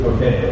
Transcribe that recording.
Okay